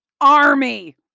army